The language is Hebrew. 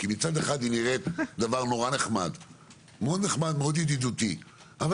כי מצד אחד הוא נראה דבר נחמד מאוד, ידידותי מאוד.